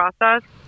process